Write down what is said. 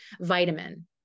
vitamin